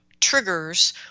triggers